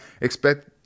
expect